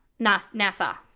NASA